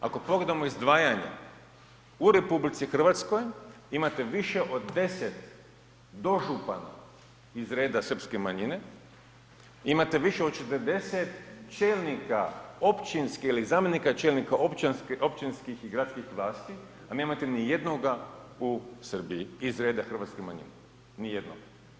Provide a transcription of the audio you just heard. Ako pogledamo izdvajanje, u RH imate više od 10 dožupana iz reda srpske manjine, imate više od 40 čelnika općinskih ili zamjenika čelnika općinskih i gradskih vlasti, a nemate nijednoga u Srbiji iz reda hrvatske manjine, nijednoga.